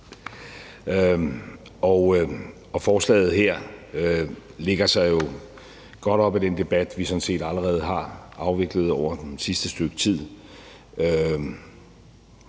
Forslaget her lægger sig jo godt op ad den debat, vi sådan set allerede har afviklet over det sidste stykke tid.